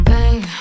Bang